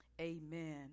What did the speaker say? amen